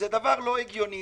זה דבר לא הגיוני.